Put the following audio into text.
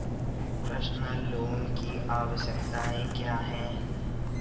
Personal loan की आवश्यकताएं क्या हैं?